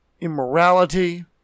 immorality